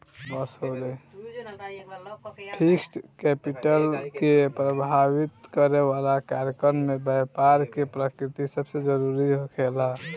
fixed capital के प्रभावित करे वाला कारकन में बैपार के प्रकृति सबसे जरूरी होखेला